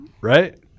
right